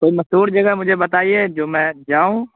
کوئی مشہور جگہ مجھے بتائیے جو میں جاؤں